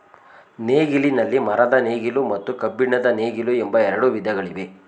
ನೇಗಿಲಿನಲ್ಲಿ ಮರದ ನೇಗಿಲು ಮತ್ತು ಕಬ್ಬಿಣದ ನೇಗಿಲು ಎಂಬ ಎರಡು ವಿಧಗಳಿವೆ